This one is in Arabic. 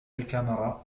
الكاميرا